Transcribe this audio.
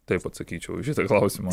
taip atsakyčiau į šitą klausimą